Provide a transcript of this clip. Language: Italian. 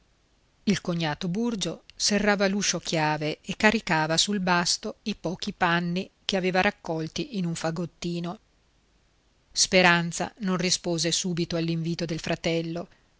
il cognato burgio serrava l'uscio a chiave e caricava sul basto i pochi panni che aveva raccolti in un fagottino speranza non rispose subito all'invito del fratello